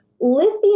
lithium